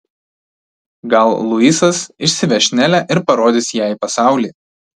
gal luisas išsiveš nelę ir parodys jai pasaulį